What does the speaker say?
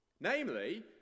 Namely